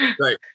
right